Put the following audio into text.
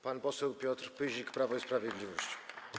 Pan poseł Piotr Pyzik, Prawo i Sprawiedliwość.